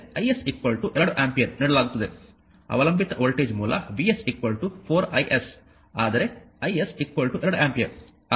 ಈಗ ಇಲ್ಲಿಗೆ ಬಂದರೆ is 2 ಆಂಪಿಯರ್ ನೀಡಲಾಗುತ್ತದೆ ಅವಲಂಬಿತ ವೋಲ್ಟೇಜ್ ಮೂಲ Vs 4is ಆದರೆ is 2 ಆಂಪಿಯರ್